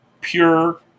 pure